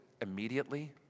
Immediately